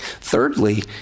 Thirdly